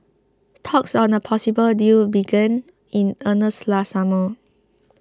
talks on a possible deal began in earnest last summer